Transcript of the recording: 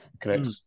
Correct